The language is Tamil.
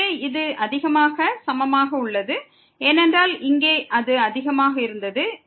எனவே இது அதிகமாக சமமாக உள்ளது ஏனென்றால் இங்கே அது அதிகமாக இருந்தது